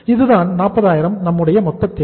இதுதான் 40000 நம்முடைய மொத்த தேவை